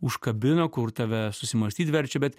užkabina kur tave susimąstyt verčia bet